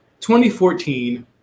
2014